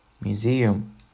Museum